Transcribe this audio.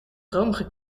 romige